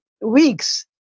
weeks